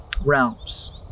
realms